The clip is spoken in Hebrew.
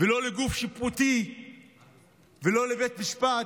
ולא לגוף שיפוטי ולא לבית משפט,